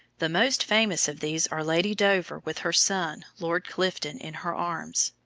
the most famous of these are lady dover, with her son, lord clifden, in her arms,